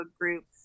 groups